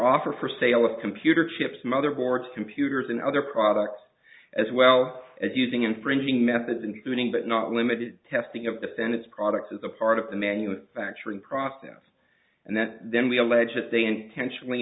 offer for sale of computer chips motherboards computers and other products as well as using infringing methods including but not limited testing of defend its products as a part of the manufacturing process and that then we allege that they intentionally